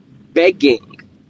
begging